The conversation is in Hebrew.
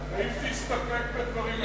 אם תסתפק בדברים האלה,